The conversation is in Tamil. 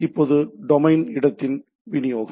இப்போது இது டொமைன் இடத்தின் விநியோகம்